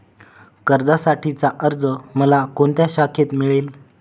कर्जासाठीचा अर्ज मला कोणत्या शाखेत मिळेल?